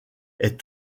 est